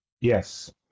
yes